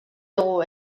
dugu